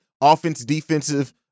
offense-defensive